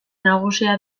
nagusia